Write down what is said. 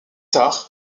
tard